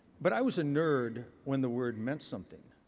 but i was nerd when the word meant something.